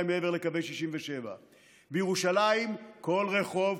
מעבר לקווי 67'. בירושלים כל רחוב,